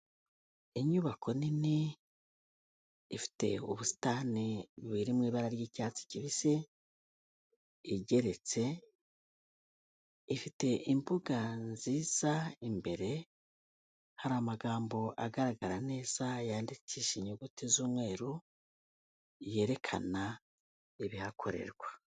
Inyubako nini ifite ubusitani buri mu ibara ry'icyatsi kibisi, igeretse ifite imbuga nziza imbere hari amagambo agaragara neza yandikishije inyuguti z'umweru, yerekana ibihakorerwa.